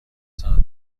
ساعت